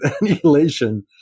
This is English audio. Annihilation